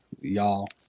Y'all